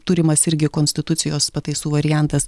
turimas irgi konstitucijos pataisų variantas